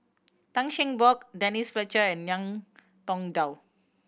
Tan Cheng Bock Denise Fletcher and Ngiam Tong Dow